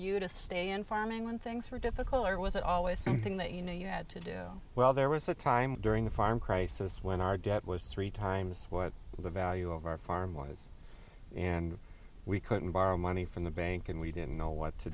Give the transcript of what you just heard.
you to stay in farming when things were difficult or was it always something that you know you had to do well there was a time during the farm crisis when our debt was three times what the value of our arm wise and we couldn't borrow money from the bank and we didn't know what to